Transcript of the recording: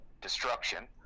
destruction